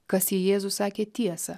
kas jei jėzus sakė tiesą